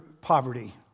poverty